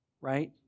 right